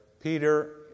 Peter